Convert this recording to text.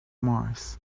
mars